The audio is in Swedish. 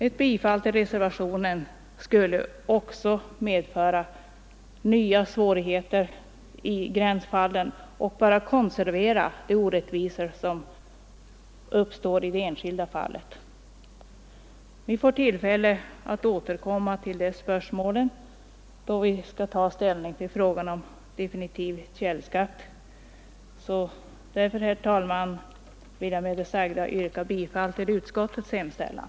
Ett bifall till reservationen skulle också medföra nya svårigheter i gränsfallen och bara konservera de orättvisor som uppstår i det enskilda fallet. Vi får tillfälle att återkomma till de spörsmålen då vi skall ta ställning till frågan om definitiv källskatt. Jag ber därför, herr talman, att med det anförda få yrka bifall till utskottets hemställan.